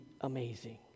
amazing